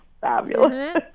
fabulous